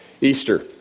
Easter